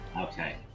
okay